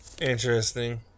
Interesting